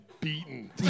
beaten